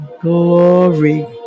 Glory